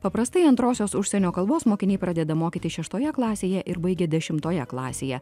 paprastai antrosios užsienio kalbos mokiniai pradeda mokytis šeštoje klasėje ir baigia dešimtoje klasėje